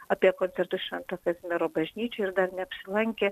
apie koncertus švento kazimiero bažnyčoj ir dar neapsilankė